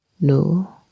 No